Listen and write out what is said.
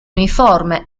uniforme